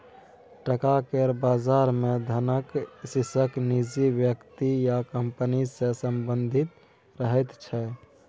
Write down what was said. टका केर बजार मे धनक रिस्क निजी व्यक्ति या कंपनी सँ संबंधित रहैत छै